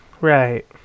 Right